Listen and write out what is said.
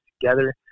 together